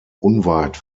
unweit